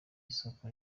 isoko